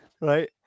right